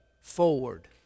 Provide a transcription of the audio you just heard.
forward